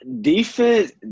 defense